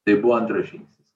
tai buvo antras žingsnis